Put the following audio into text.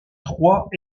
trois